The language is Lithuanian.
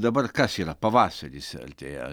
dabar kas yra pavasaris artėja